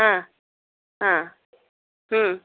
ಹಾಂ ಹಾಂ ಹ್ಞೂ